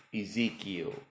Ezekiel